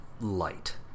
light